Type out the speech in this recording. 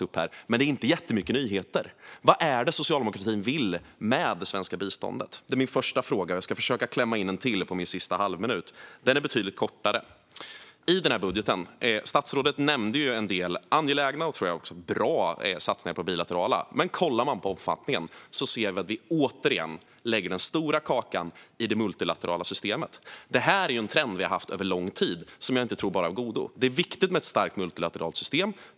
Utöver det som gjorts innan, vad är det socialdemokratin vill med det svenska biståndet? Det är min första fråga. Jag ska försöka klämma in en till fråga på min sista halvminut. Den är betydligt kortare. I den här budgeten finns en del angelägna och troligen också bra satsningar på det bilaterala, som statsrådet nämnde. Men kollar man på omfattningen ser man att vi återigen lägger den stora kakan i det multilaterala systemet. Det här är en trend vi har haft under lång tid och som jag inte tror bara är av godo. Det är viktigt med ett starkt multilateralt system.